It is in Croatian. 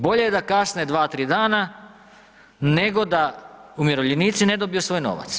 Bolje da kasne 2,3 dana nego da umirovljenici ne dobiju svoj novac.